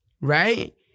right